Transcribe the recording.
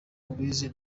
mubizi